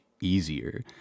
easier